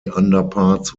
underparts